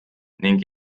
ning